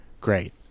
great